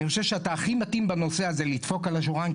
הכי מתאים בנושא הזה לדפוק על השולחן,